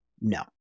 No